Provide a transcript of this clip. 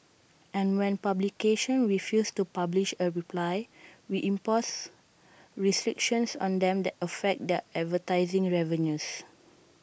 and when publications refuse to publish A reply we impose restrictions on them that affect their advertising revenues